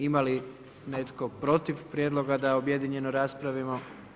Ima li netko protiv prijedloga da objedinjeno raspravimo?